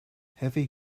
heavy